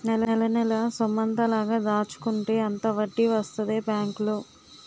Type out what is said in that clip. నెలనెలా సొమ్మెంత లాగ దాచుకుంటే అంత వడ్డీ వస్తదే బేంకులో